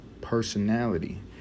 Personality